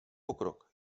pokrok